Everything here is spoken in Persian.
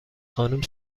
خانم